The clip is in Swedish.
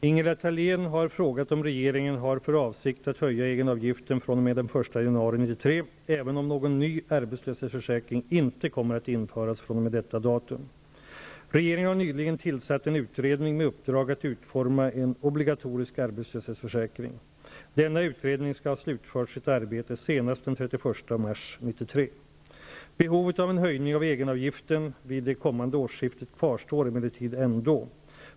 Herr talman! Ingela Thalén har frågat om rege ringen har för avsikt att höja egenavgiften fr.o.m. den 1 januari 1993 även om någon ny arbetslös hetsförsäkring inte kommer att införas fr.o.m. Regeringen har nyligen tillsatt en utredning med uppdrag att utforma en obligatorisk arbetslöshets försäkring. Denna utredning skall ha slutfört sitt arbete senast den 31 mars 1993. Behovet av en höjning av egenavgiften vid det kommande årsskiftet kvarstår emellertid.